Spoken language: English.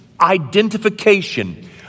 identification